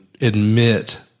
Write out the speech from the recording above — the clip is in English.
admit